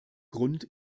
grund